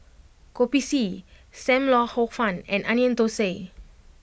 Kopi C Sam Lau Hor Fun and Onion Thosai